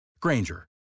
Granger